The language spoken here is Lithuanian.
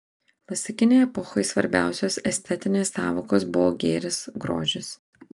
klasikinei epochai svarbiausios estetinės sąvokos buvo gėris grožis